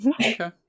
Okay